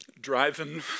Driving